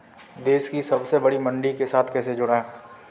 देश की सबसे बड़ी मंडी के साथ कैसे जुड़ें?